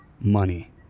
money